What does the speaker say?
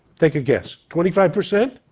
take a guess twenty five percent?